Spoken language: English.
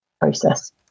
process